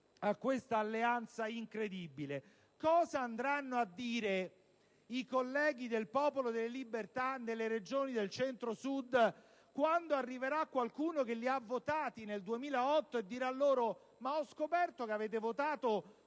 a questa alleanza incredibile. Cosa andranno a dire i colleghi del Popolo della Libertà nelle Regioni del Centro-Sud quando qualcuno che li ha votati nel 2008 dirà loro di aver scoperto che hanno votato